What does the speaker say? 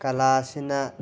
ꯀꯂꯥꯁꯤꯅ